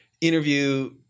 interview